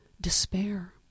despair